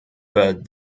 but